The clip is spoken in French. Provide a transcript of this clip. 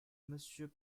monsieur